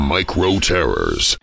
Micro-Terrors